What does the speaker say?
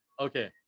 Okay